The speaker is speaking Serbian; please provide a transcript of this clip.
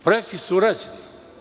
Projekti su urađeni.